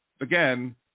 again